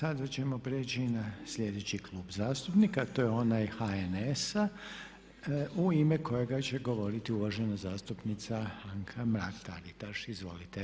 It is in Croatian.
Sada ćemo prijeći na sljedeći klub zastupnika, a to je onaj HNS-a u ime kojega će govoriti uvažena zastupnica Anka Mrak Taritaš, izvolite.